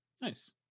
nice